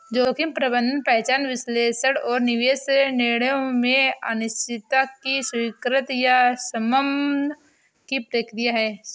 जोखिम प्रबंधन पहचान विश्लेषण और निवेश निर्णयों में अनिश्चितता की स्वीकृति या शमन की प्रक्रिया है